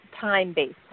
time-based